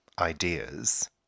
ideas